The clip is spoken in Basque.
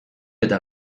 eta